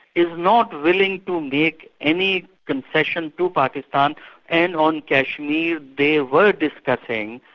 is not willing to make any concession to pakistan and on kashmir they were discussing,